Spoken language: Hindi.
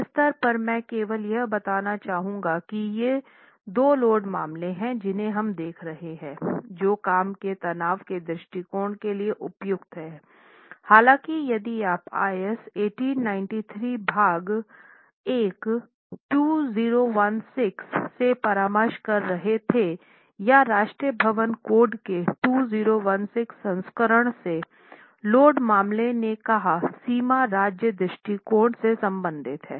इस स्तर पर मैं केवल यह बताना चाहूँगा कि ये दो लोड मामले हैं जिन्हें हम देख रहे हैं जो काम के तनाव के दृष्टिकोण के लिए उपयुक्त हैं हालाँकि यदि आप IS 1893 भाग 1 2016 से परामर्श कर रहे थे या राष्ट्रीय भवन कोड के 2016 संस्करण से लोड मामलों ने कहा सीमा राज्य दृष्टिकोण से संबंधित है